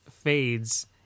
fades